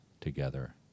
together